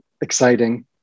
exciting